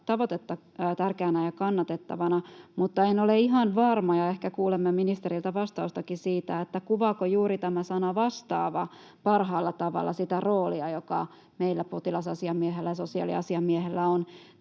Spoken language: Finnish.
tavoitetta tärkeänä ja kannatettavana, mutta en ole ihan varma, ja ehkä kuulemme ministeriltä vastaustakin siitä, kuvaako juuri tämä sana ”vastaava” parhaalla tavalla sitä roolia, joka meillä potilas-asiamiehellä ja sosiaaliasiamiehellä on.